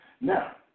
Now